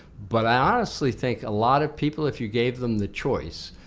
but i honestly think a lot of people if you gave them the choice,